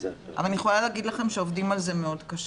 אבל אני יכולה להגיד לכם שעובדים מאוד קשה.